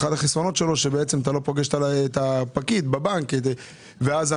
אחד החסרונות הוא שאתה לא פוגש את הפקיד בבנק והמבוגרים,